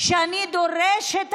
ואני דורשת הגנה,